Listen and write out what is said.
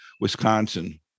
Wisconsin